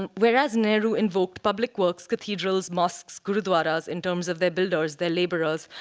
and whereas nehru invoked public works, cathedrals, mosques, gurudwaras, in terms of their builders, their laborers,